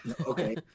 okay